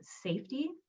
safety